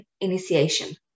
initiation